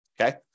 okay